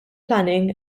planning